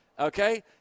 Okay